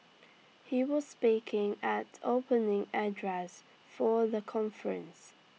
he was speaking at opening address for the conference